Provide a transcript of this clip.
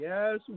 Yes